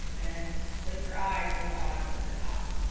and flick your eye from the bottom to the top.